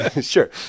sure